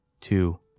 two